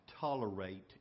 tolerate